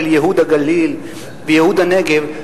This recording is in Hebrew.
של ייהוד הגליל וייהוד הנגב,